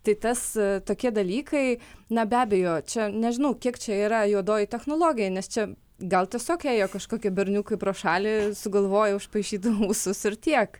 tai tas tokie dalykai na be abejo čia nežinau kiek čia yra juodoji technologija nes čia gal tiesiog ėjo kažkokie berniukai pro šalį sugalvojo užpaišyti ūsus ir tiek